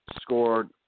scored